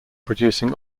producing